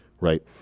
right